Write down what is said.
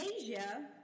Asia